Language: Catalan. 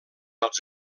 als